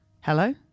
Hello